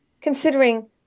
Considering